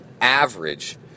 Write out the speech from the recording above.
average